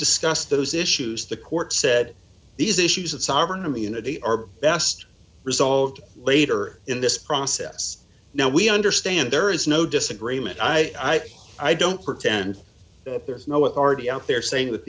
discuss those issues the court said these issues of sovereign immunity are best resolved later in this process now we understand there is no disagreement i i don't pretend there is no authority out there saying that